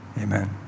amen